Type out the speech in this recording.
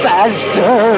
Faster